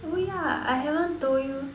oh ya I haven't told you